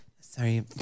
Sorry